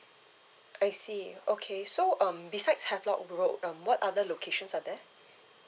I see okay so um besides havelock road um what other locations are there